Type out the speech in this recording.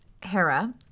Hera